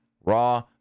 Raw